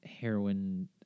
heroin